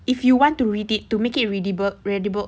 if you want to read it to make it readable readable